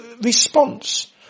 response